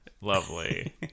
lovely